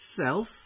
self